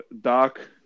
Doc